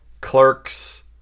Clerks